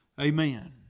Amen